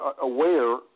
aware